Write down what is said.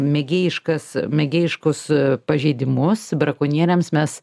mėgėjiškas mėgėjiškus pažeidimus brakonieriams mes